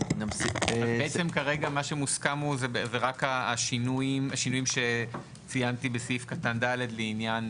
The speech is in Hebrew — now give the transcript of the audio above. אז בעצם כרגע מה שמוסכם זה רק השינויים שציינתי בסעיף קטן ד' לעניין